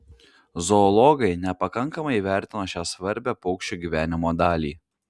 zoologai nepakankamai įvertino šią svarbią paukščių gyvenimo dalį